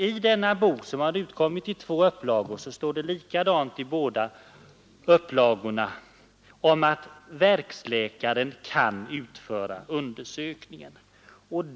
I denna bok, som har utkommit i två upplagor, står det i båda upplagorna att verksläkaren kan utföra undersökningen.